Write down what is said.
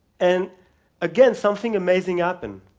and again, something amazing happened,